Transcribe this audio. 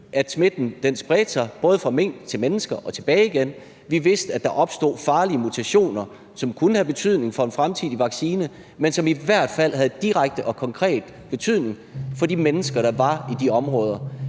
at smitten spredte sig både fra mink til mennesker og tilbage igen. Vi vidste, at der opstod farlige mutationer, som kunne have betydning for en fremtidig vaccine, men som i hvert fald havde direkte og konkret betydning for de mennesker, der var i de områder.